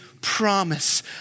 promise